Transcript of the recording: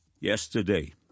Yesterday